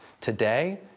Today